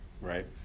right